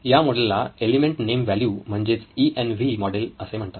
या मॉडेल ला element name value म्हणजेच ई एन व्ही मॉडेल असे म्हणतात